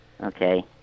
Okay